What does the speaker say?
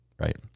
right